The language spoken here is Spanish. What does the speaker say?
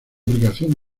aplicación